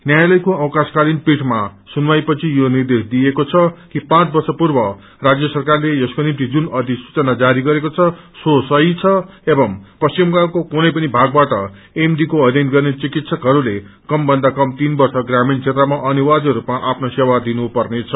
न्यायलयको अवशकालिन पीठमा सुनवाईपछि यो निर्देश दिइएको छ कि पाँच वर्ष पूर्व राज्य सरकारले यसको निम्ति जुन अधिसूचना जारी गरेको छ सो सही छ एवं पश्चिम बंगालको कुनै पनि भागबाट एमडी को अध्ययन गर्ने चिकित्सकहरूले कम भन्दाकम तीन वर्ष ग्रामीण क्षेत्रमा अनिवाय रूपमा आफ्नो सेवा दिनु पर्नेछ